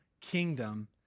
kingdom